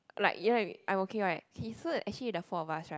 like you know what I mean I'm okay right okay so actually the four of us right